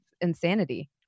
insanity